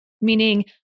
meaning